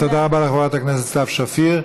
תודה רבה לחברת הכנסת סתיו שפיר.